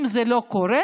אם זה לא קורה,